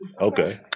Okay